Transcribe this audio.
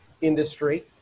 industry